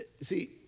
See